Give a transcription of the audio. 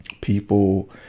people